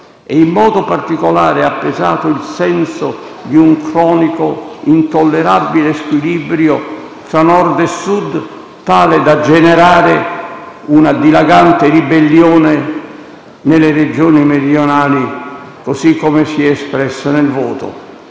In modo particolare, ha pesato il senso di un cronico, intollerabile squilibrio tra Nord e Sud, tale da generare una dilagante ribellione nelle Regioni meridionali, così come si è espressa nel voto.